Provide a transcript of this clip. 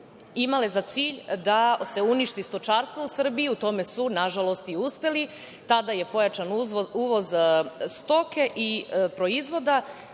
imale za cilj da se uništi stočarstvo u Srbiji, u tome su, nažalost, i uspeli. Tada je pojačan uvoz stoke i proizvoda.